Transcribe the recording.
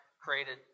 created